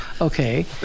Okay